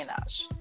Minaj